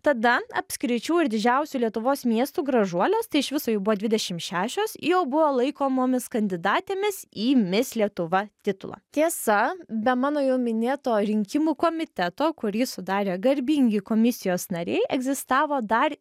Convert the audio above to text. tada apskričių ir didžiausių lietuvos miestų gražuolės tai iš viso jų buvo dvidešimt šešios jau buvo laikomomis kandidatėmis į mis lietuva titulą tiesa be mano jau minėto rinkimų komiteto kurį sudarė garbingi komisijos nariai egzistavo dar